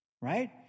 right